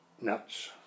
nuts